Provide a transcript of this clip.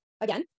Again